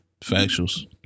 factuals